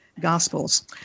Gospels